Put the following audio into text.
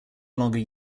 longer